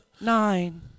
Nine